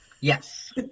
Yes